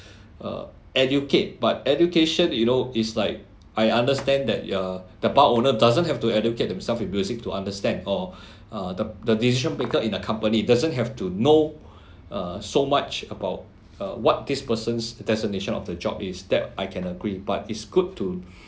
uh educate but education you know is like I understand that you're the bar owner doesn't have to educate themselves with music to understand or uh the the decision maker in a company doesn't have to know so much about what this person's destination of the job is that I can agree but it's good to